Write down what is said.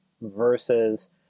versus